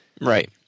Right